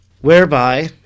whereby